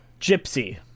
Gypsy